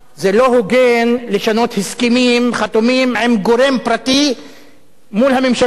זה לא הוגן לשנות הסכמים חתומים עם גורם פרטי מול הממשלה.